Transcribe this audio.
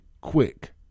quick